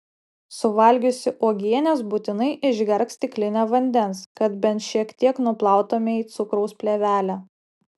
suvalgiusi uogienės būtinai išgerk stiklinę vandens kad bent šiek tiek nuplautumei cukraus plėvelę